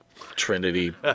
Trinity